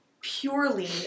purely